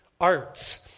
arts